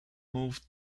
moved